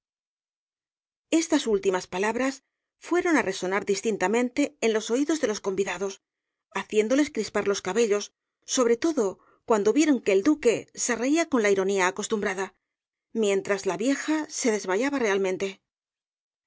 estas últimas palabras fueron á resonar distintamente en los oídos de los convidados haciéndoles crispar los cabellos sobre todo cuando vieron que el duque se reía con la ironía acostumbrada mientras la vieja se desmayaba realmente no